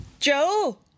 Joe